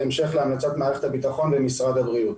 בהמשך להמלצת מערכת הביטחון ומשרד הבריאות.